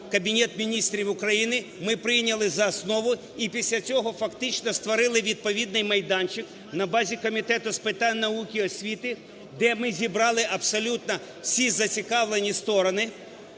Кабінет Міністрів України, ми прийняли за основу, і після цього, фактично, створили відповідний майданчик на базі Комітету з питань науки і освіти, де ми зібрали абсолютно всі зацікавлені сторони